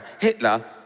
Hitler